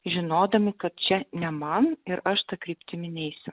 žinodami kad čia ne man ir aš tą kryptimi neisiu